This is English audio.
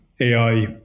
AI